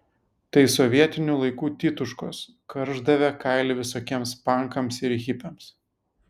tai sovietinių laikų tituškos karšdavę kailį visokiems pankams ir hipiams